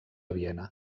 viena